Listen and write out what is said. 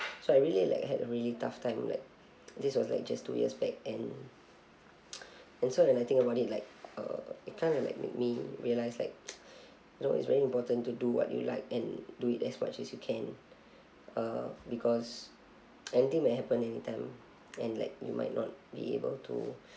so I really like had a really tough time like this was like just two years back and and so when I think about it like uh it kind of like made me realise like you know it's very important to do what you like and do it as much as you can uh because anything can happen anytime and like you might not be able to